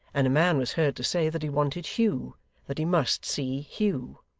and a man was heard to say that he wanted hugh that he must see hugh.